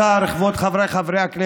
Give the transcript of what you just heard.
מיכל.